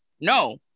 no